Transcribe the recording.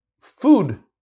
food